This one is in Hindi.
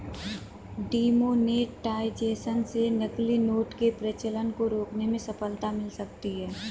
डिमोनेटाइजेशन से नकली नोट के प्रचलन को रोकने में सफलता मिल सकती है